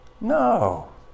No